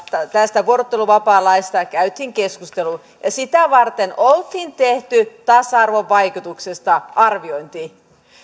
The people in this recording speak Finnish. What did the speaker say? tästä vuorotteluvapaalaista käytiin keskustelu ja sitä varten oltiin tehty tasa arvovaikutuksista arviointi